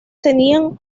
tenían